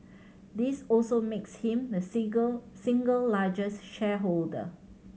this also makes him the single largest shareholder